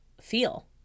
feel